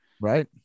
right